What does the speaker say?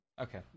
Okay